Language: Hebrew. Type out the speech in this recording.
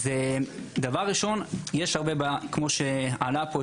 דבר ראשון: כמו שעלה פה,